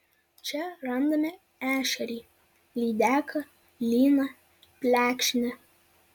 čia randame ešerį lydeką lyną plekšnę